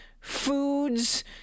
foods